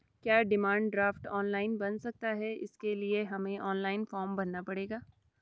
क्या demand draft online बन सकता है इसके लिए हमें ऑनलाइन फॉर्म भरना पड़ेगा?